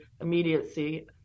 immediacy